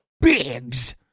bigs